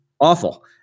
awful